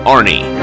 Arnie